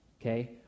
Okay